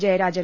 Jayarajan